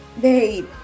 Babe